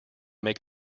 make